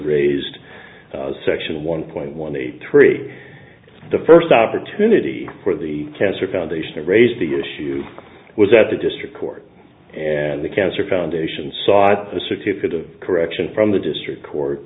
raised section one point one eight three the first opportunity for the cancer foundation i raised the issue was that the district court and the cancer foundation sought a certificate of correction from the district court